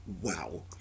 Wow